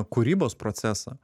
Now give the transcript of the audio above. kūrybos procesą